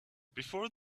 before